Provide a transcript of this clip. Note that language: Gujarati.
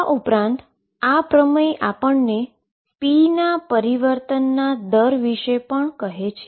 આ ઉપરાંત આ પ્રમેય આપણને p ના પરિવર્તનના દર વિશે પણ કહે છે